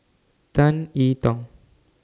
Tan E Tong